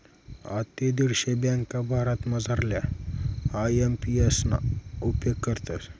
आते दीडशे ब्यांका भारतमझारल्या आय.एम.पी.एस ना उपेग करतस